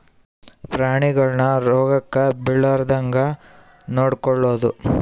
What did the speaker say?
ಪ್ರಾಣಿಗಳನ್ನ ರೋಗಕ್ಕ ಬಿಳಾರ್ದಂಗ ನೊಡಕೊಳದು